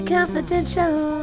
Confidential